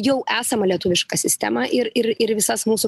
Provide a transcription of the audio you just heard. jau esamą lietuvišką sistemą ir ir ir visas mūsų